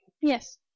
Yes